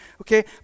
Okay